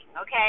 okay